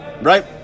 right